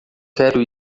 quero